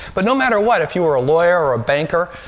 but no matter what, if you were a lawyer or a banker,